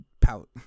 pout